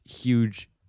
huge